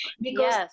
because-